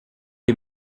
les